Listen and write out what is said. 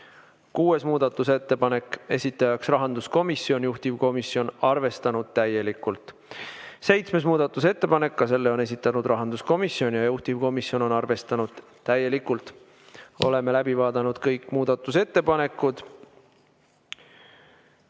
Kuues muudatusettepanek, esitaja rahanduskomisjon, juhtivkomisjon on arvestanud täielikult. Seitsmes muudatusettepanek, ka selle on esitanud rahanduskomisjon ja juhtivkomisjon on seda arvestanud täielikult. Oleme läbi vaadanud kõik muudatusettepanekud.